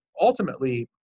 ultimately